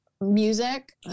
music